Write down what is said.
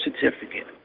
certificate